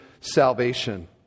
salvation